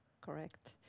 correct